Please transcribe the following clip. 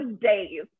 days